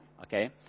okay